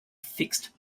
fixed